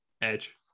Edge